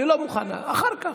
אחר כך.